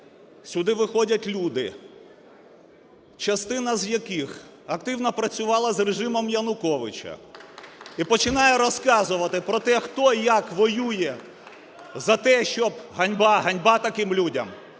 сюди виходять люди, частина з яких активно працювала з режимом Януковича, і починає розказувати про те, хто, як воює за те, щоб (ганьба, ганьба таким людям),